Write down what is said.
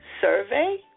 survey